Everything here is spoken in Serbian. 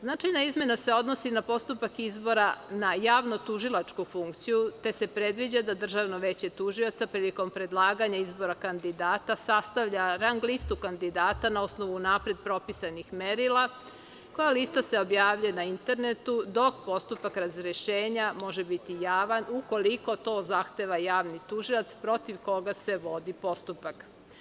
Značajna izmena se odnosi na postupak izbora na javno-tužilačku funkciju, te se predviđa da Državno veće tužilaca prilikom predlaganja izbora kandidata sastavlja rang listu kandidata na osnovu unapred propisanih merila, koja se objavljuje na internetu, dok postupak razrešenja može biti javan ukoliko to zahteva javni tužilac protiv koga se vodi postupak.